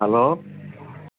hello